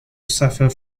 suffer